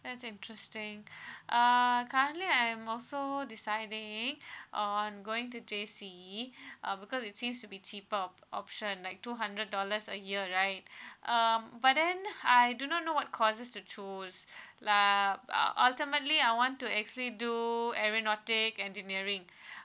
that's interesting uh currently I'm also deciding on going to J_C uh because it seems to be cheaper o~ option like two hundred dollars a year right um but then I do not know what courses to choose like uh ultimately I want to actually do engineering